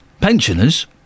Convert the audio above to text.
pensioners